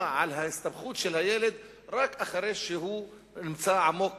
על ההסתבכות של הילד רק אחרי שהוא נמצא עמוק,